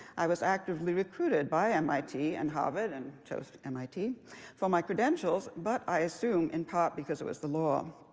i was actively recruited by mit and harvard and chose mit for my credentials, but i assume in part because it was the law.